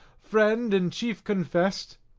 friend, and chief confessed?